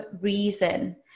reason